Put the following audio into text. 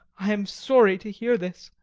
i am sorry to hear this.